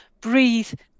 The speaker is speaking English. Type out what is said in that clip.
breathe